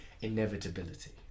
inevitability